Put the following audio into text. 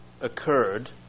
occurred